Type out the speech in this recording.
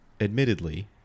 admittedly